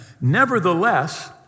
Nevertheless